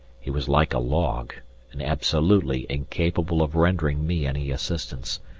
he was like a log and absolutely incapable of rendering me any assistance,